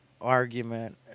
argument